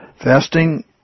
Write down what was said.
Fasting